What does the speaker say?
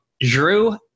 Drew